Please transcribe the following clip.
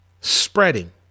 Spreading